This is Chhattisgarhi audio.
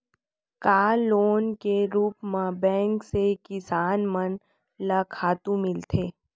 का लोन के रूप मा बैंक से किसान मन ला खातू मिलथे?